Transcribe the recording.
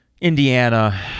Indiana